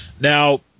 Now